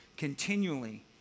continually